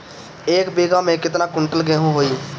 एक बीगहा में केतना कुंटल गेहूं होई?